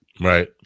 Right